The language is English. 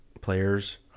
players